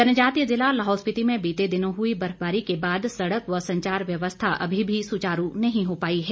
जनजातीय जिला लाहौल स्पीति में बीते दिनों हुई बर्फबारी के बाद सड़क व संचार व्यवस्था अभी भी सुचारू नहीं हो पाई है